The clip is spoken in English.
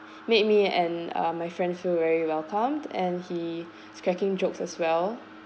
made me and uh my friend feel very welcomed and he is cracking jokes as well